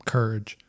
Courage